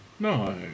No